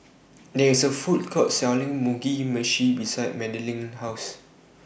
There IS A Food Court Selling Mugi Meshi behind Madilynn's House